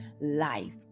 life